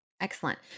Excellent